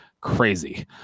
crazy